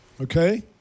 Okay